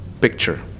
picture